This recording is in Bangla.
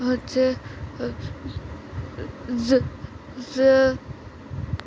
হচ্ছে যে যে